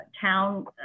town